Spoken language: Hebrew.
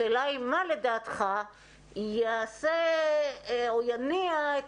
השאלה היא מה לדעתך ייעשה או יניע את